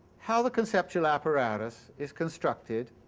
how the conceptional apparatus is constructed,